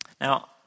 Now